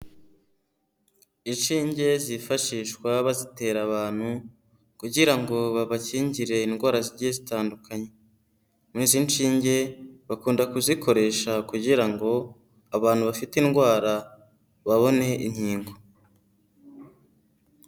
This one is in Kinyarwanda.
Inshinge zifashishwa bazitera abantu kugira ngo babakinyingire indwara zigiye zitandukanye, muri izi nshinge bakunda kuzikoresha kugira ngo abantu bafite indwara babone inkingo.